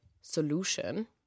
solution